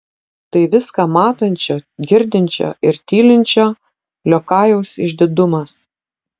tai viską matančio girdinčio ir tylinčio liokajaus išdidumas